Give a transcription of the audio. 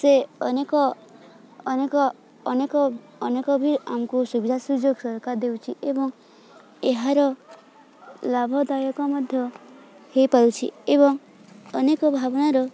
ସେ ଅନେକ ଅନେକ ଅନେକ ଅନେକ ବି ଆମକୁ ସୁବିଧା ସୁଯୋଗ ସରକାର ଦେଉଛି ଏବଂ ଏହାର ଲାଭଦାୟକ ମଧ୍ୟ ହୋଇପାରୁଛି ଏବଂ ଅନେକ ଭାବନାର